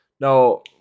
Now